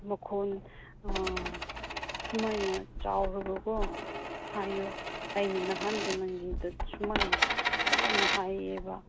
ꯃꯈꯣꯟ ꯁꯨꯃꯥꯏꯅ ꯆꯥꯎꯔꯒ ꯀꯣ ꯍꯥꯏꯌꯣ ꯑꯩꯅ ꯅꯥꯍꯥꯟꯗꯣ ꯅꯪꯒꯤꯗ ꯁꯨꯃꯥꯏꯅ ꯆꯥꯎꯅ ꯍꯥꯏꯌꯦꯕ